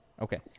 Okay